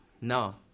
No